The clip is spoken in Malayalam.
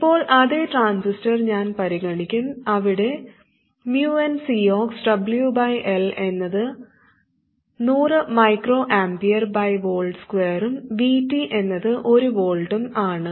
ഇപ്പോൾ അതേ ട്രാൻസിസ്റ്റർ ഞാൻ പരിഗണിക്കും അവിടെ nCox എന്നത് 100 µA V2 ഉം VT എന്നത് 1 V ഉം ആണ്